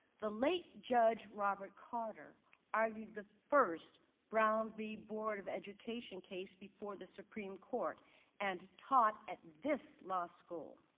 the late judge robert carter argued the first brown v. board of education case before the supreme court and taught at this law school.